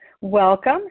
Welcome